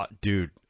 Dude